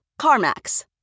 CarMax